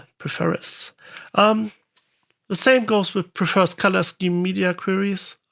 prefer-es. um the same goes with prefers-color-scheme media queries.